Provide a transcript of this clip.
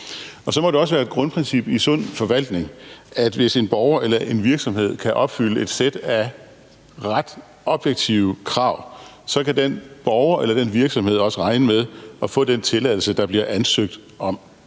Så må det også være et grundprincip i en sund forvaltning, at hvis en borger eller en virksomhed kan opfylde et sæt af ret objektive krav, kan den borger eller den virksomhed også regne med at få den tilladelse, der bliver ansøgt om.